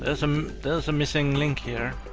there's um there's a missing link here.